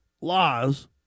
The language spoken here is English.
laws